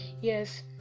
Yes